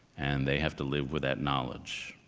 and they have to live with that knowledge.